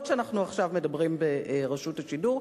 אף שעכשיו אנחנו מדברים ברשות השידור,